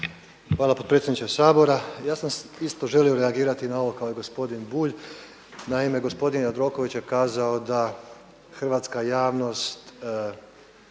Hvala podpredsjedniče Hrvatskog sabora. Ja sam isto želio reagirati na ovo kao i gospodin Bulj. Naime gospodin Jandroković je kazao da hrvatska javnost